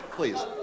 Please